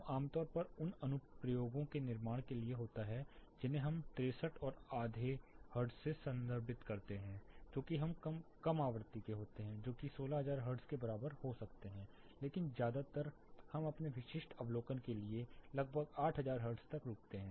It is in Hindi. यह आम तौर पर उन अनुप्रयोगों के निर्माण के लिए होता है जिन्हें हम 63 और आधे हर्ट्ज से संदर्भित करते हैं जो कि कम आवृत्ति के होते हैं जो कि 16000 हर्ट्ज के बराबर हो सकते हैं लेकिन ज्यादातर हम अपने विशिष्ट अवलोकन के लिए लगभग 8000 हर्ट्ज तक रुकते हैं